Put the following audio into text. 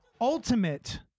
ultimate